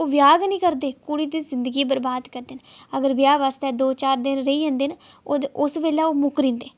ओह् ब्याह् गै नेईं करदे कुड़ी दी जिंदगी बर्बाद करदे न अगर ब्याह् आस्तै दो चार दिन रेही जंदे न उस बेल्लै ओह् मुक्करी जंदे